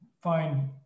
fine